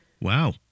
Wow